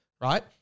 right